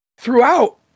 throughout